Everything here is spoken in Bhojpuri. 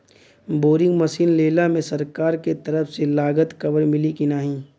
बोरिंग मसीन लेला मे सरकार के तरफ से लागत कवर मिली की नाही?